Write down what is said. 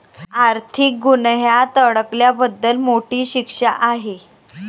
आर्थिक गुन्ह्यात अडकल्याबद्दल मोठी शिक्षा आहे